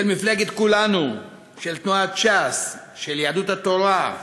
של מפלגת כולנו, של תנועת ש"ס ושל יהדות התורה,